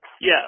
Yes